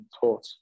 taught